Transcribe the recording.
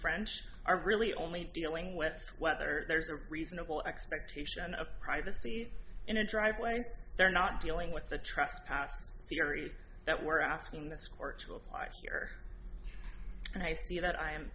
french are really only dealing with whether there's a reasonable expectation of privacy in a driveway they're not dealing with the trespass theory that we're asking this court to apply here and i see that i am